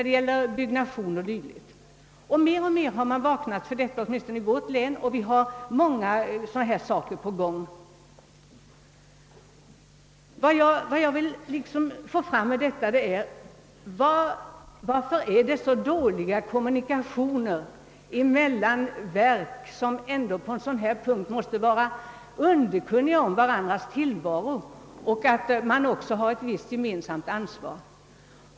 Man har fått allt större intresse för denna fråga, åtminstone i vårt län, och vi har många projekt i gång. Vad jag nu skulle vilja ha svar på är frågan varför det är så dåliga kommunikationer mellan verk, som i denna angelägenhet ändå borde vara underkunniga om varandras existens och om att de också har ett visst gemensamt ansvar.